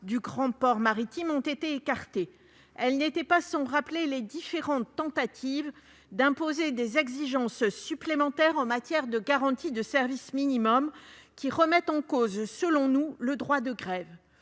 grand port maritime, ont été écartées. Elles n'étaient pas sans rappeler les différentes tentatives d'imposer des exigences supplémentaires en matière de garanties de service minimum, qui remettent en cause, selon nous, le droit de grève.